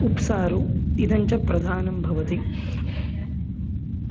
उप् सारु इदञ्च प्रधानं भवति